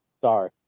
sorry